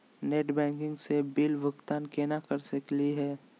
Net banking स bill भुगतान केना कर सकली हे?